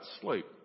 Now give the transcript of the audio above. sleep